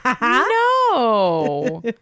No